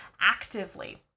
actively